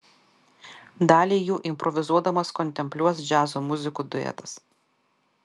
dalį jų improvizuodamas kontempliuos džiazo muzikų duetas